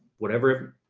whatever,